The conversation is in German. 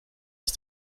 aus